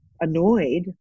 annoyed